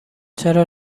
چرا